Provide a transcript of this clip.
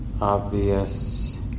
obvious